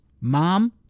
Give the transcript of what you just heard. mom